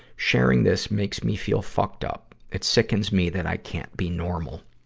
sharing this makes me feel fucked up. it sickens me that i can't be normal.